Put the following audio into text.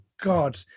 god